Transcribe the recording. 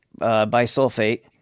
bisulfate